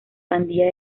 pandilla